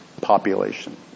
population